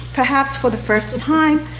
perhaps for the first time,